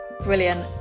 Brilliant